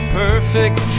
perfect